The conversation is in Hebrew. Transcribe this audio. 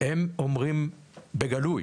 הם אומרים בגלוי,